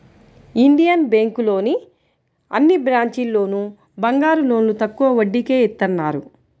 Indian బ్యేంకులోని అన్ని బ్రాంచీల్లోనూ బంగారం లోన్లు తక్కువ వడ్డీకే ఇత్తన్నారు